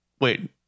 Wait